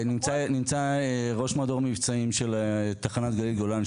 נמצא ראש מדור מבצעים של תחנת גליל-גולן,